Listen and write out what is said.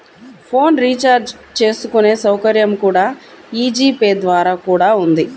phone recharge చేసుకునే సౌకర్యం కూడా యీ జీ పే ద్వారా కూడా ఉంది